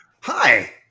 Hi